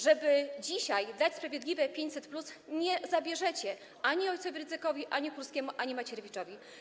Żeby dzisiaj dać sprawiedliwe 500+, nie zabierzecie ani ojcowi Rydzykowi, ani Kurskiemu, ani Macierewiczowi.